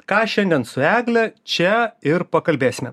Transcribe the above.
ką šiandien su egle čia ir pakalbėsime